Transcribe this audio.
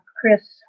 Chris